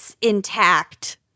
intact